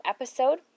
episode